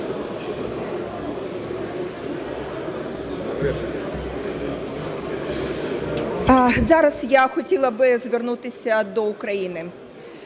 Зараз я хотіла би звернутися до України.